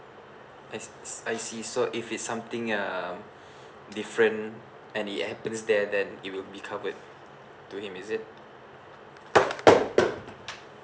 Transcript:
I~ I see so if it's something um different and it happens there then it will be covered to him is it mm